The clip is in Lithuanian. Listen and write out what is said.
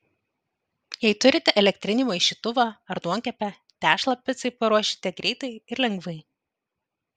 jei turite elektrinį maišytuvą ar duonkepę tešlą picai paruošite greitai ir lengvai